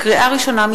לקריאה ראשונה,